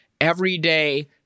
everyday